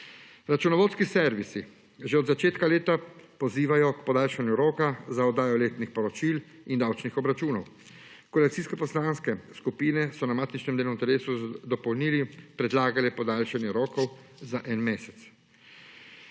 Računovodski servisi že od začetka leta pozivajo k podaljšanju roka za oddajo letnih poročil in davčnih obračunov. Koalicijske poslanske skupine so na matičnem delovnem telesu z dopolnili predlagale podaljšanje rokov za en mesec.